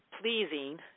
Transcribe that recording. pleasing